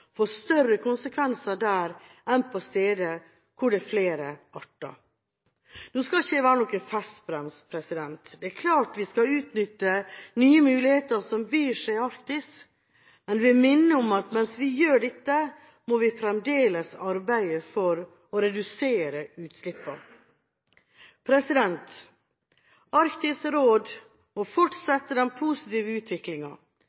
få større konsekvenser der enn på steder hvor det er flere arter. Nå skal ikke jeg være festbrems. Det er klart vi skal utnytte nye muligheter som byr seg i Arktis. Men jeg vil minne om at mens vi gjør dette, må vi fremdeles arbeide for å redusere utslippene. Arktisk råd må